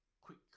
quick